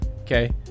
okay